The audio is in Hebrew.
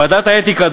ועדת האתיקה,